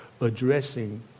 addressing